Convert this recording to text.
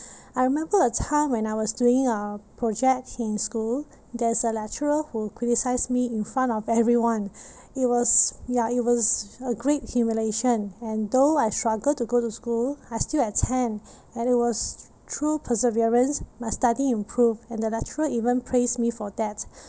I remember a time when I was doing a project in school there's a lecturer who criticise me in front of everyone it was ya it was a great humiliation and though I struggled to go to school I still attend and it was through perseverance my study improved and the lecturer even praise me for that